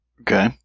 Okay